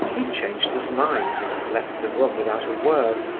he changed his mind and left the room without a word.